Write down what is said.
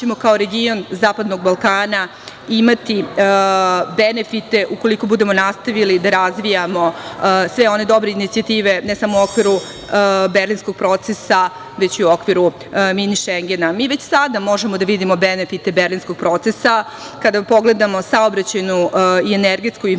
kao region Zapadnog Balkana imati benefite, ukoliko budemo nastavili da razvijamo sve one dobre inicijative, ne samo u okviru berlinskog procesa, već i u okviru Mini šengena. Mi već sada možemo da vidimo benefite berlinskog procesa kada pogledamo saobraćajnu i energetsku infrastrukturu,